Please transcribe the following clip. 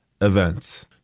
events